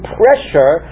pressure